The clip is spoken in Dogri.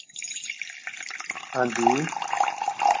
हांजी